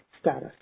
status